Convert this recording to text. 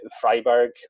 Freiburg